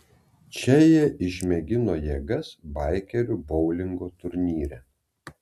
čia jie išmėgino jėgas baikerių boulingo turnyre